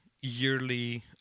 yearly